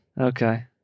Okay